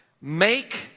Make